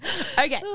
okay